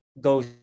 goes